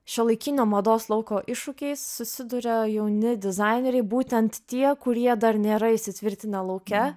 šiuolaikinio mados lauko iššūkiais susiduria jauni dizaineriai būtent tie kurie dar nėra įsitvirtinę lauke